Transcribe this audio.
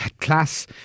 class